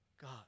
God